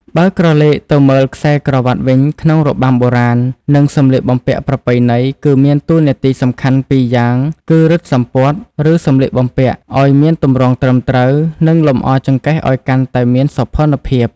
បើក្រឡេកទៅមើលខ្សែក្រវាត់វិញក្នុងរបាំបុរាណ និងសម្លៀកបំពាក់ប្រពៃណី គឺមានតួនាទីសំខាន់ពីរយ៉ាងគឺ រឹតសំពត់ ឬសម្លៀកបំពាក់ ឲ្យមានទម្រង់ត្រឹមត្រូវ និងលម្អចង្កេះឲ្យកាន់តែមានសោភ័ណភាព។